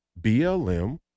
BLM